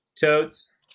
Totes